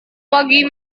pagi